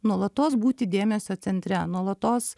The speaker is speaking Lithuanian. nuolatos būti dėmesio centre nuolatos